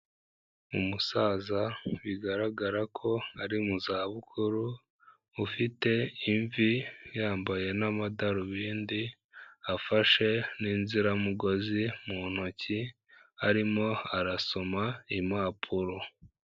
Umusaza bigaragara ko ari mu zabukuru, ufite imvi yambaye n'amadarubindi, afashe n'inziramugozi mu ntoki, arimo arasoma impapuro.